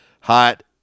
hot